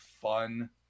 fun